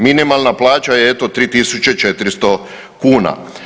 Minimalna plaća je eto 3.400 kuna.